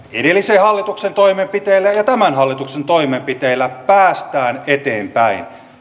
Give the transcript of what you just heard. edellisen hallituksen toimenpiteillä ja tämän hallituksen toimenpiteillä päästään eteenpäin